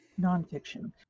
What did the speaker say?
nonfiction